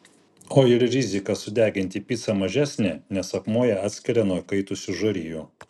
o ir rizika sudeginti picą mažesnė nes akmuo ją atskiria nuo įkaitusių žarijų